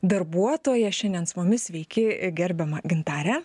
darbuotoja šiandien su mumis sveiki gerbiama gintare